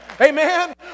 Amen